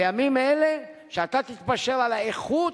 בימים אלה, שאתה תתפשר על האיכות?